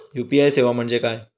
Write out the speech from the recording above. UPI सेवा म्हणजे काय?